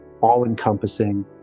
all-encompassing